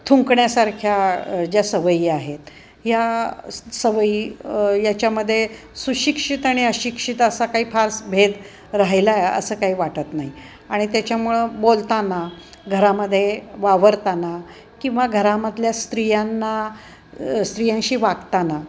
थुंकण्यासारख्या ज्या सवयी आहेत या सवयी याच्यामध्ये सुशिक्षित आणि अशिक्षित असा काही फारस भेद राहिला आहे असं काही वाटत नाही आणि त्याच्यामुळं बोलताना घरामध्ये वावरताना किंवा घरामधल्या स्त्रियांना स्त्रियांशी वागताना